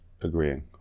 agreeing